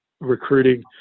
recruiting